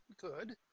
good